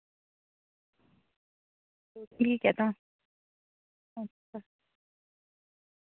ठीक ऐ तां